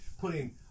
putting